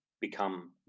become